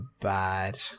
bad